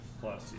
plus